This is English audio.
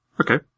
Okay